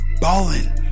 ballin